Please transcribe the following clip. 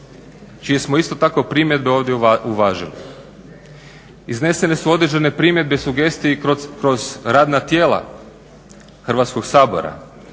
čije smo isto tako primjedbe ovdje uvažili. Iznesene su određene primjedbe, sugestije i kroz radna tijela Hrvatskog sabora.